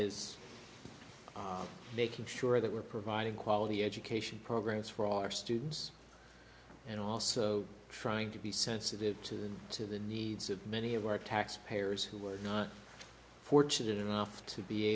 is making sure that we're providing quality education programs for our students and also trying to be sensitive to them to the needs of many of our taxpayers who were not fortunate enough to be